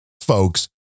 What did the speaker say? folks